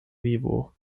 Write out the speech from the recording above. vivo